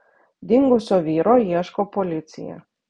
dingusio vyro ieško policija